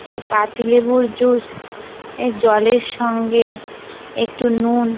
সেই পাতিলেবুর জুস এ জলের সঙ্গে একটু নুন